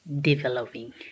developing